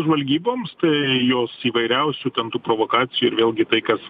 žvalgyboms tai jos įvairiausių ten tų provokacijų ir vėlgi tai kas